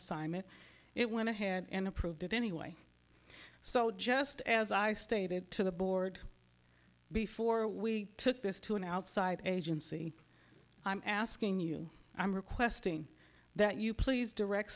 assignment it went ahead and approved it anyway so just as i stated to the board before we took this to an outside agency i'm asking you i'm requesting that you please direct